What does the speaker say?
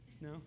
No